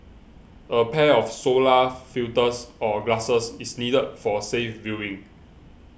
a pair of solar filters or glasses is needed for safe viewing